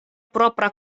propra